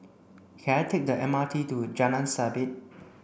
can I take the M R T to Jalan Sabit